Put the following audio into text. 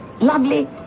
lovely